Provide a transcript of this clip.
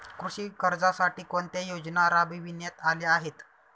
कृषी कर्जासाठी कोणत्या योजना राबविण्यात आल्या आहेत?